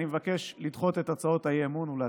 אני מבקש לדחות את הצעות האי-אמון ולהצביע.